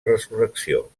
resurrecció